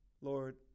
Lord